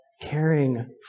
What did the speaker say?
caring